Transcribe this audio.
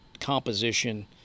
composition